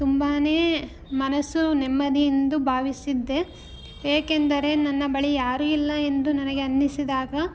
ತುಂಬಾ ಮನಸ್ಸು ನೆಮ್ಮದಿ ಎಂದು ಭಾವಿಸಿದ್ದೆ ಏಕೆಂದರೆ ನನ್ನ ಬಳಿ ಯಾರು ಇಲ್ಲ ಎಂದು ನನಗೆ ಅನ್ನಿಸಿದಾಗ